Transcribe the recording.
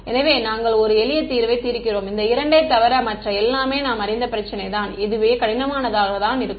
எனவே நாங்கள் ஒரு எளிய தீர்வை தீர்க்கிறோம் இந்த இரண்டைத் தவிர மற்ற எல்லாமே நாம் அறிந்த பிரச்சினை தான் இதுவே கடினமானதாக தான் இருக்கும்